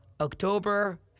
October